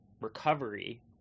recovery